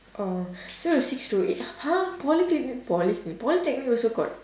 oh so your six to eight !huh! polyclinic polycli~ polytechnic also got